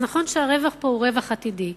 נכון שהרווח פה הוא רווח עתידי,